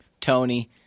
Tony